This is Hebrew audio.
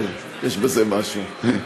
כן, יש בזה משהו.